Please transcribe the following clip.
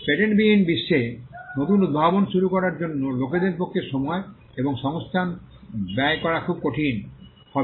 পেটেন্টবিহীন বিশ্বে নতুন উদ্ভাবন শুরু করার জন্য লোকদের পক্ষে সময় এবং সংস্থান ব্যয় করা খুব কঠিন হবে